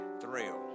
thrill